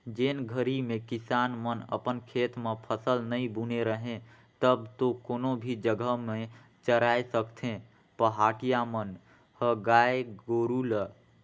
जेन घरी में किसान मन अपन खेत म फसल नइ बुने रहें तब तो कोनो भी जघा में चराय सकथें पहाटिया मन ह गाय गोरु ल